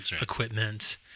equipment